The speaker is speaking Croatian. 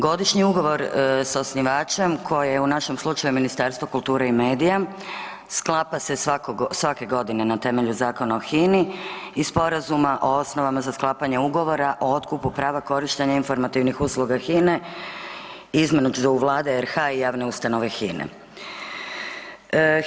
Godišnji ugovor sa osnivačem koji je u našem slučaju Ministarstvo kulture i medija, sklapa se svake godine na temelju Zakona o HINA-i i Sporazuma o osnovama za sklapanje ugovora o otkupu prava korištenja informativnih usluga HINA-e između Vlade RH i javne ustanove HINA-e.